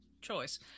choice